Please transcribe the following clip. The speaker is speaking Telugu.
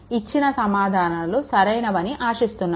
ఇచ్చిన సమాధానాలు సరైనవి అని ఆశిస్తున్నాను